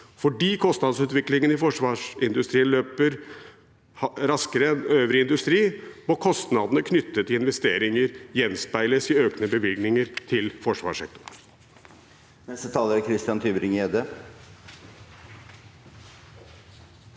Fordi kostnadsutviklingen i forsvarsindustrien løper raskere enn i øvrig industri, må kostnadene knyttet til investeringer gjenspeiles i økte bevilgninger til forsvarssektoren.